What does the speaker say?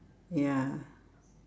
ya